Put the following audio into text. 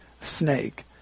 snake